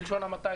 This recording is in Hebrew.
בלשון המעטה,